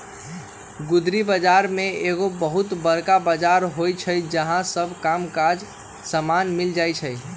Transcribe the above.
गुदरी बजार में एगो बहुत बरका बजार होइ छइ जहा सब काम काजी समान मिल जाइ छइ